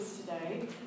today